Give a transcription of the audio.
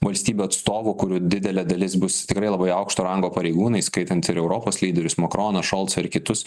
valstybių atstovų kurių didelė dalis bus tikrai labai aukšto rango pareigūnai įskaitant ir europos lyderius makroną šolcą ir kitus